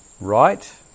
right